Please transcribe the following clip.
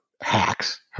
hacks